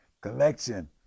Collection